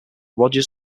rogers